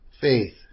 faith